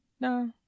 No